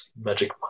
Magic